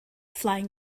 flying